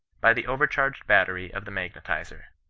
by the over-charged battery of the mag netizer.